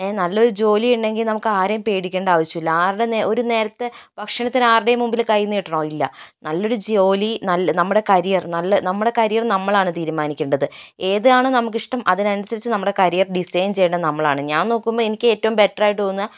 ഏ നല്ല ഒരു ജോലി ഉണ്ടെങ്കിൽ നമുക്ക് ആരെയും പേടിക്കേണ്ട ആവശ്യമില്ല ആരുടെ ഒരു നേരത്തെ ഭക്ഷണത്തിന് ആരുടേയും മുമ്പിൽ കൈനീട്ടണോ ഇല്ല നല്ലൊരു ജോലി നല്ല നമ്മുടെ കരിയർ നല്ല നമ്മുടെ കരിയർ നമ്മളാണ് തീരുമാനിക്കേണ്ടത് ഏതാണ് നമുക്ക് ഇഷ്ടം അതിനനുസരിച്ച് നമ്മുടെ കരിയർ ഡിസൈൻ ചെയ്യേണ്ടത് നമ്മളാണ് ഞാൻ നോക്കുമ്പോൾ എനിക്ക് ഏറ്റവും ബെറ്റർ ആയിട്ട് തോന്നുക